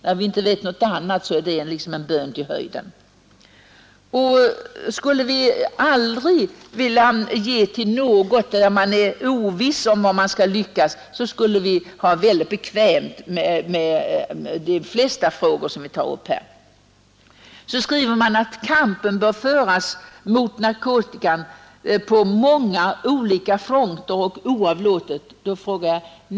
När vi inte ser någon annan utväg är det liksom en bön till höjden. Om vi aldrig ville ge medel till ändamål beträffande vilka vi inte är säkra på om vi skall lyckas eller inte, skulle vi ha det mycket bekvämt med de flesta frågor vi tar upp. Så skriver utskottet att ”kampen mot narkotikamissbruket måste föras oavlåtligt och på många olika fronter”.